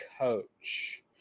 coach